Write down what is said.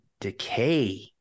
decay